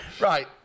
right